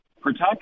protect